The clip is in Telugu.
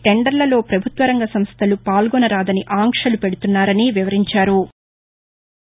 టెండర్లలో ప్రభుత్వ రంగ సంస్టలు పాల్గొనరాదని ఆంక్షలు పెడుతున్నారని వివరించారు